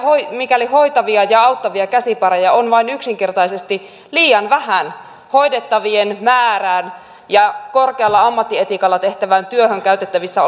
mikäli hoitavia ja auttavia käsipareja on vain yksinkertaisesti liian vähän hoidettavien määrään ja korkealla ammattietiikalla tehtävään työhön käytettävissä